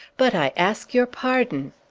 but i ask your pardon!